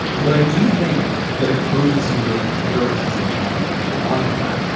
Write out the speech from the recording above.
but i do think that it poses some really clear artistic challenges beyond that,